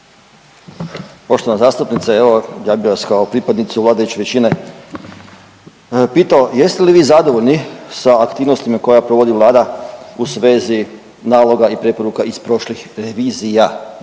Poštovana zastupnice evo ja bi vas kao pripadnicu vladajuće većine pitao jeste li vi zadovoljni sa aktivnostima koje provodi Vlada u svezi naloga i preporuka iz prošlih revizije.